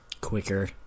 quicker